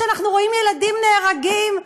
כשאנחנו רואים ילדים נהרגים,